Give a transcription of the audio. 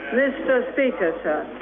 mr speaker sir,